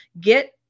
get